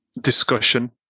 discussion